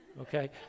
okay